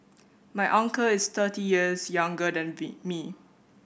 my uncle is thirty years younger than me